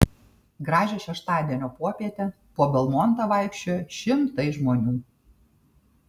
gražią šeštadienio popietę po belmontą vaikščiojo šimtai žmonių